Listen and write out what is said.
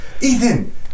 Ethan